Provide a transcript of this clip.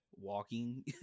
Walking